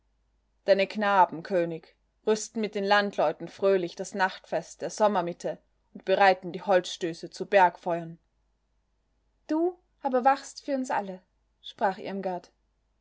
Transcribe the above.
deine knaben könig rüsten mit den landleuten fröhlich das nachtfest der sommermitte und bereiten die holzstöße zu bergfeuern du aber wachst für uns alle sprach irmgard